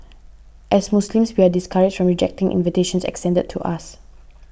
as Muslims we are discouraged from rejecting invitations extended to us